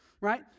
right